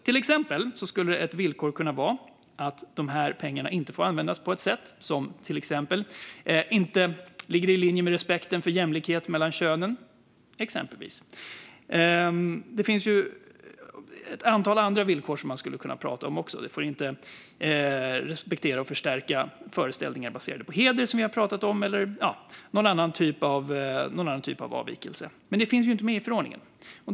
Till exempel skulle ett villkor kunna vara att pengarna inte får användas på ett sätt som inte ligger i linje med respekten för jämlikhet mellan könen. Det finns också ett antal andra villkor som man skulle kunna prata om. Det kan handla om att man inte får respektera och förstärka föreställningar baserade på heder, som vi har pratat om, eller någon annan typ av avvikelse. Men detta finns inte med i förordningen.